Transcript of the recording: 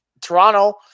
Toronto –